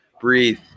Breathe